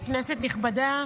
כנסת נכבדה,